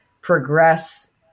progress